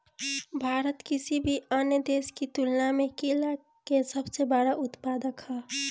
भारत किसी भी अन्य देश की तुलना में केला के सबसे बड़ा उत्पादक ह